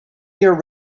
year